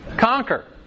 Conquer